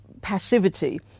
passivity